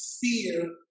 fear